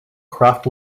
craft